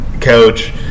coach